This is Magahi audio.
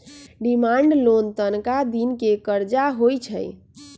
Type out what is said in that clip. डिमांड लोन तनका दिन के करजा होइ छइ